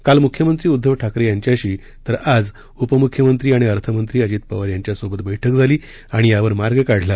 काल मुख्यमंत्री उद्धव ठाकरे यांच्याशी तर आज उपमुख्यमंत्री आणि अर्थमंत्री अजित पवार यांच्या सोबत बैठक झाली आणि यावर मार्ग काढला